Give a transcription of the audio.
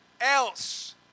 else